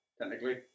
technically